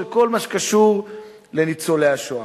של כל מה שקשור לניצולי השואה.